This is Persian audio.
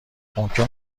ممکن